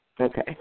okay